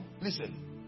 listen